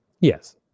yes